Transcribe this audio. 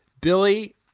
Billy